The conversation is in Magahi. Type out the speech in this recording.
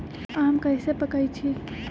आम कईसे पकईछी?